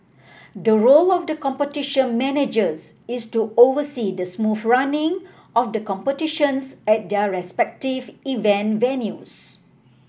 the role of the Competition Managers is to oversee the smooth running of the competitions at their respective event venues